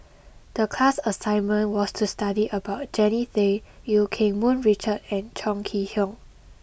the class assignment was to study about Jannie Tay Eu Keng Mun Richard and Chong Kee Hiong